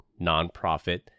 nonprofit